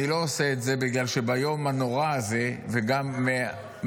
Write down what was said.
אני לא עושה את זה בגלל שביום הנורא הזה, וגם מאז,